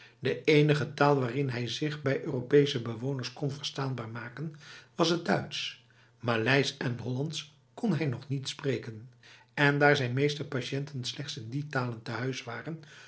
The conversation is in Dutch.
de enige taal waarin hij zich bij europese bewoners kon verstaanbaar maken was het duits maleis en hollands kon hij nog niet spreken en daar zijn meeste patiënten slechts in die talen tehuis waren